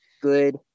good